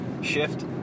shift